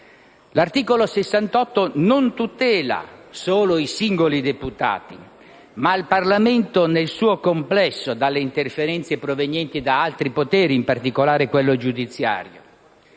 L'articolo 68 non tutela solo i singoli deputati, ma il Parlamento nel suo complesso dalle interferenze provenienti da altri poteri, in particolare quello giudiziario.